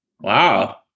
Wow